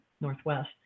northwest